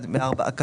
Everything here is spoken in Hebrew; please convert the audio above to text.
אתה